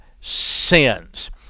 sins